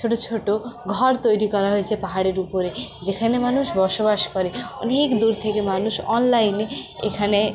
ছোটো ছোটো ঘর তৈরি করা হয়েছে পাহাড়ের উপরে যেখানে মানুষ বসবাস করে অনেক দূর থেকে মানুষ অনলাইনে এখানে